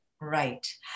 Right